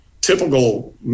typical